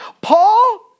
Paul